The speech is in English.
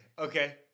Okay